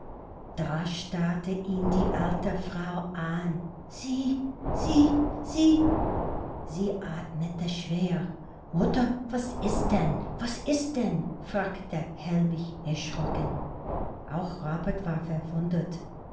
da starrte ihn die alte frau an sie sie sie sie atmete schwer mutter was is denn was is denn fragte hellmich erschrocken auch robert war verwundert